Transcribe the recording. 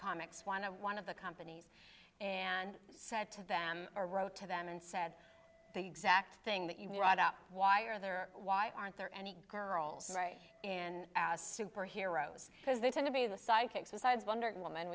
comics one of one of the companies and said to them or wrote to them and said the exact thing that you brought up why are there why aren't there any girls right in our superheroes because they tend to be the psychics besides wonder woman